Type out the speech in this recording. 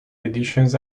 editions